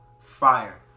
fire